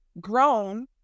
grown